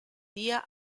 día